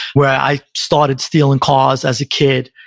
where i started stealing cars as a kid.